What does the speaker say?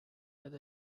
with